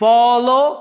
Follow